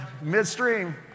midstream